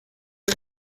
est